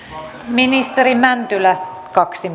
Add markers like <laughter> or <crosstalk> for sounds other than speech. ministeri mäntylä kaksi <unintelligible>